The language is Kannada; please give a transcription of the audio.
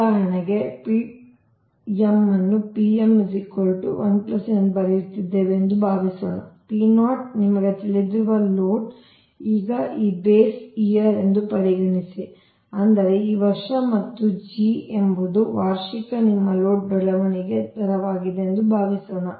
ಉದಾಹರಣೆಗೆ ನ್ನು ಎಂದು ಬರೆಯುತ್ತಿದ್ದೇವೆ ಎಂದು ಭಾವಿಸೋಣ ನಿಮಗೆ ತಿಳಿದಿರುವ ಲೋಡ್ ಅಥವಾ ಈ ಬೇಸ್ ಇಯರ್ ಎಂದು ಪರಿಗಣಿಸಿ ಅಂದರೆ ಈ ವರ್ಷ ಮತ್ತು g ಎಂಬುದು ವಾರ್ಷಿಕ ನಿಮ್ಮ ಲೋಡ್ ಬೆಳವಣಿಗೆಯ ದರವಾಗಿದೆ ಎಂದು ಭಾವಿಸೋಣ